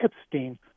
Epstein